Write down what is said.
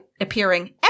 appearing